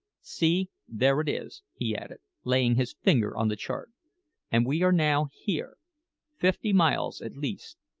see, there it is, he added, laying his finger on the chart and we are now here fifty miles, at least.